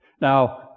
Now